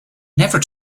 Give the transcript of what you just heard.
never